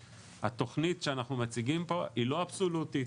התכנית שאנחנו מציגים פה היא לא אבסולוטית.